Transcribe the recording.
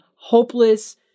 hopeless